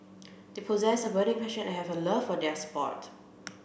they possess a burning passion and have a love for their sport